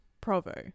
Provo